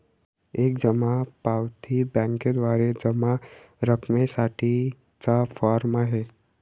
एक जमा पावती बँकेद्वारे जमा रकमेसाठी चा फॉर्म आहे